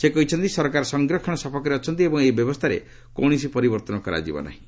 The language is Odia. ସେ କହିଛନ୍ତି ସରକାର ସଂରକ୍ଷଣ ସପକ୍ଷରେ ଅଛନ୍ତି ଏବଂ ଏହି ବ୍ୟବସ୍ଥାରେ କୌଣସି ପରିବର୍ତ୍ତନ କରାଯିବ ନାହିଁ